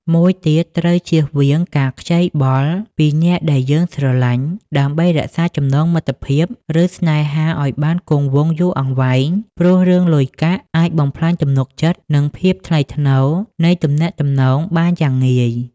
មួយទៀតត្រូវជៀសវាងការខ្ចីបុលពីអ្នកដែលយើងស្រឡាញ់ ដើម្បីរក្សាចំណងមិត្តភាព ឬស្នេហាឲ្យបានគង់វង្សយូរអង្វែង ព្រោះរឿងលុយកាក់អាចបំផ្លាញទំនុកចិត្ត និងភាពថ្លៃថ្នូរនៃទំនាក់ទំនងបានយ៉ាងងាយ។